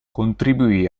contribuì